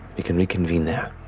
we can reconvene there.